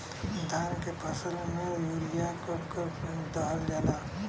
धान के फसल में यूरिया कब कब दहल जाला?